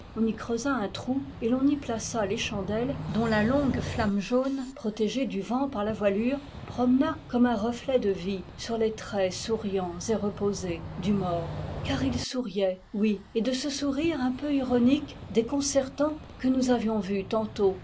un trou et l'on y plaça les chandelles dont la longue flamme jaune protégée du vent par la voilure promena comme un reflet de vie sur les traits souriants et reposés du mort car il souriait oui et de ce sourire un peu ironique déconcertant que nous avions vu tantôt